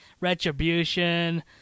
Retribution